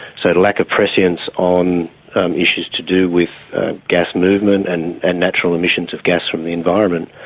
so lack of prescience on issues to do with gas movement and and natural emissions of gas from the environment,